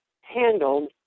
handled